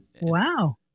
wow